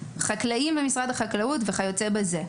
חקלאים ומשרד החקלאות וכיוצא בזה.